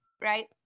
right